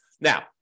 Now